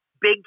big